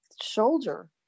shoulder